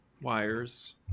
wires